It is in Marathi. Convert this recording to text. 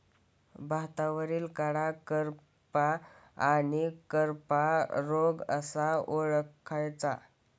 भातावरील कडा करपा आणि करपा रोग कसा ओळखायचा?